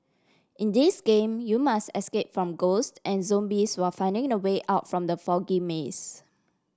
in this game you must escape from ghosts and zombies while finding the way out from the foggy maze